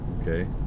Okay